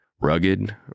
Rugged